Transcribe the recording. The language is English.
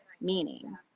meaning